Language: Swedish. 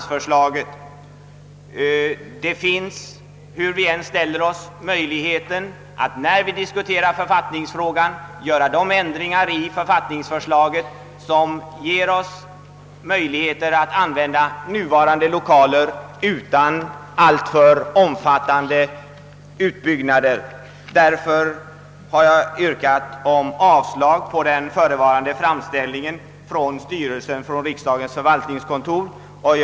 När vi diskuterar författningsfrågan finns det, hur vi än ställer oss, möjligheter att göra sådana ändringar i detta förslag, att riksdagens nuvarande lokaler kan användas utan alltför omfattande utbyggnader. Därför har jag yrkat avslag på framställningen från styrelsen för riksdagens förvaltningskontor. Herr talman!